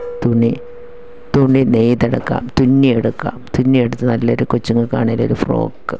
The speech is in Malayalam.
തുണി തുണി നെയ്തെടുക്കാം തുന്നി എടുക്കാം തുന്നി എടുത്ത് നല്ലൊര് കൊച്ചുങ്ങൾക്ക് ആണെങ്കിൽ ഒരു ഫ്രോക്ക്